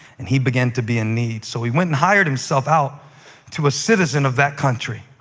and he began to be in need. so he went and hired himself out to a citizen of that country,